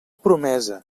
promesa